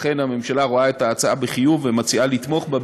לכן הממשלה רואה את ההצעה בחיוב ומציעה לתמוך בה,